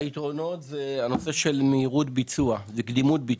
היתרונות זה הנושא של מהירות ביצוע וקדימות ביצוע.